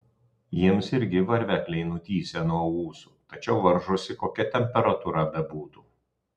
jiems irgi varvekliai nutįsę nuo ūsų tačiau varžosi kokia temperatūra bebūtų